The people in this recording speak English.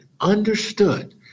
understood